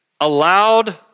allowed